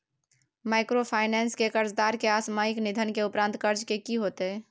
Microfinance के कर्जदार के असामयिक निधन के उपरांत कर्ज के की होतै?